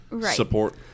support